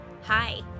Hi